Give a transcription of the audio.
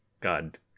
God